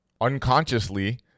Unconsciously